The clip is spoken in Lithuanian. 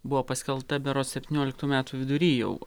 buvo paskelbta berods septynioliktų metų vidury jau